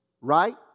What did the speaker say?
Right